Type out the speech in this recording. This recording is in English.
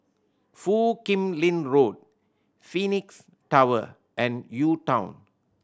Foo Kim Lin Road Phoenix Tower and UTown